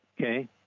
Okay